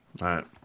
right